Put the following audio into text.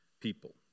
people